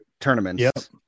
tournaments